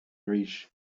arís